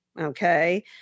Okay